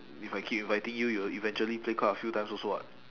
if I keep inviting you you'll eventually play quite a few times also what